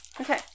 Okay